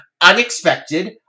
Unexpected